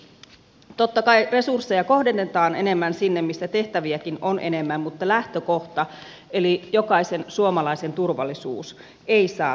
totta kai resursseja kohdennetaan enemmän sinne missä tehtäviäkin on enemmän mutta lähtökohta jokaisen suomalaisen turvallisuus ei saa kärsiä